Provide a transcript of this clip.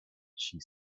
she